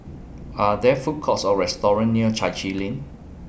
Are There Food Courts Or restaurants near Chai Chee Lane